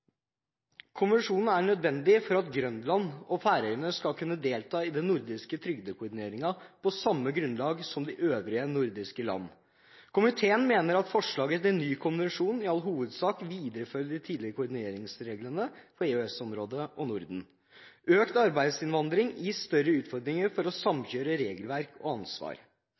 Konvensjonen er nødvendig for at Grønland og Færøyene skal kunne delta i den nordiske trygdekoordineringen på samme grunnlag som de øvrige nordiske landene. Komiteen mener at forslaget til ny konvensjon i all hovedsak viderefører de tidligere koordineringsreglene for EØS-området og Norden. Økt arbeidsinnvandring gir større utfordringer for å samkjøre regelverk og ansvar.